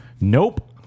Nope